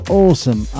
awesome